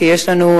כי יש לנו,